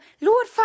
Lord